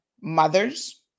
mothers